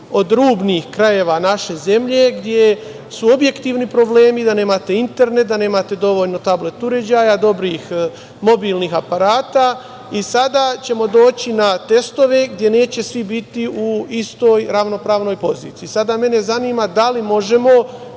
od rubnih krajeva naše zemlje gde su objektivni problemi da nemate internet, da nemate dovoljno tablet uređaja, dobrih mobilnih aparata i sada ćemo doći na testove gde neće svi biti u istoj ravnopravnoj poziciji. Sada mene zanima da li možemo